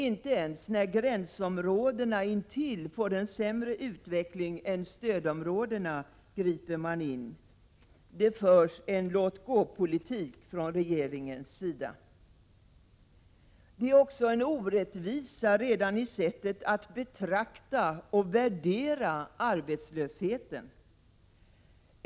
Inte ens när gränsområdena får en sämre utveckling än stödområdena griper man in. Det förs en låt-gå-politik från regeringens sida. Det finns en orättvisa redan i sättet att betrakta och värdera arbetslösheten.